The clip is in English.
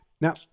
Now